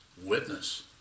witness